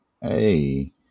hey